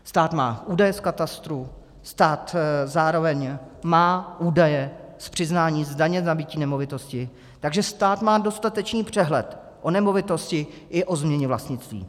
Stát má údaje z katastru, stát má zároveň údaje z přiznání z daně nabytí nemovitosti, takže má dostatečný přehled o nemovitosti i o změně vlastnictví.